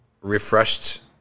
refreshed